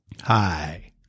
Hi